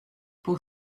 pour